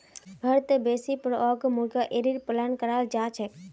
भारतत बेसी पर ओक मूंगा एरीर पालन कराल जा छेक